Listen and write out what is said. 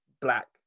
black